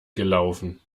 gelaufen